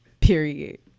Period